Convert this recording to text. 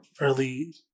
early